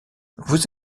vous